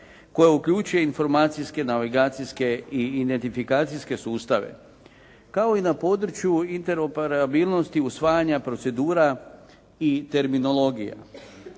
koja uključuje informacijske, navigacijske i identifikacijske sustave, kao i na području interoperabilnosti usvajanja procedura i terminologija.